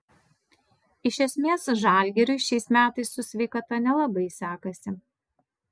iš esmės žalgiriui šiais metais su sveikata nelabai sekasi